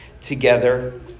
together